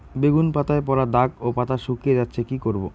বেগুন পাতায় পড়া দাগ ও পাতা শুকিয়ে যাচ্ছে কি করব?